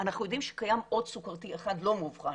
אנחנו יודעים שקיים עוד סכרתי אחד לא מאובחן,